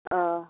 ओह